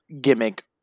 gimmick